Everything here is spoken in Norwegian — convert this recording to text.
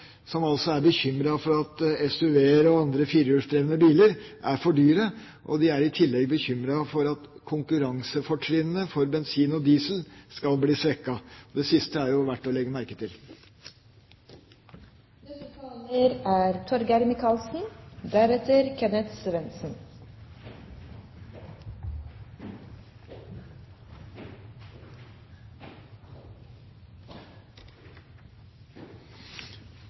som altså er bekymret for at SUV-er og andre firehjulsdrevne biler er for dyre. De er i tillegg bekymret for at konkurransefortrinnene for bensin og diesel skal bli svekket. Det siste er det jo verdt å legge merke til. Som saksordfører Egeland var innom, er